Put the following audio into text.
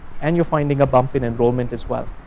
and you're finding a bump in enrollment as well.